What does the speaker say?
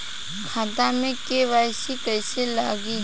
खाता में के.वाइ.सी कइसे लगी?